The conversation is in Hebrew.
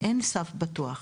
אין סף פתוח,